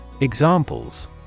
Examples